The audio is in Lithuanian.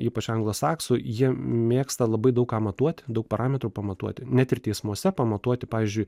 ypač anglosaksų jie mėgsta labai daug ką matuoti daug parametrų pamatuoti net ir teismuose pamatuoti pavyzdžiui